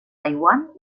taiwan